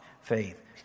Faith